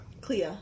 Clea